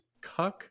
Cuck